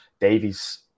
Davies